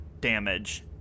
damage